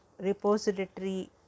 repository